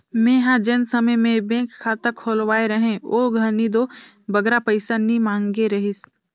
मेंहा जेन समे में बेंक खाता खोलवाए रहें ओ घनी दो बगरा पइसा नी मांगे रहिस